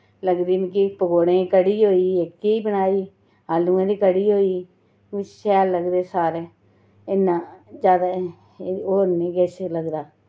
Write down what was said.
लगदी मिकी पकौड़े दी कढ़ी होई एह्की बनाई आलुएं दी कढ़ी होई स शैल लगदे सारे इन्ना ज्यादै एह् और नि किश लगदा